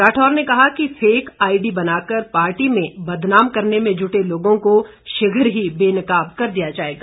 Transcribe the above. राठौर ने कहा कि फेक आईडी बनाकर पार्टी में बदनाम करने में जुटे लोगों को शीघ्र ही बेनकाब कर दिया जाएगा